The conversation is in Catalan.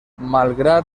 malgrat